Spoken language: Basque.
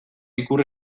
ikur